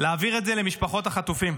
להעביר את זה למשפחות החטופים.